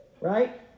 right